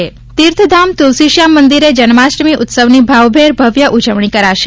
ત્રલસીશ્યામ તિર્થધામ ત્રલસીશ્યામ મંદિરે જન્માષ્ટમી ઉત્સવની ભાવભેર ભવ્ય ઉજવણી કરાશે